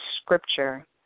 scripture